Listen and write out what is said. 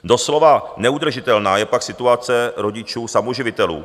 Doslova neudržitelná je pak situace rodičů samoživitelů.